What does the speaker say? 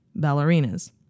ballerinas